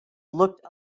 looked